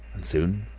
and soon,